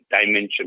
dimension